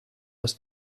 aus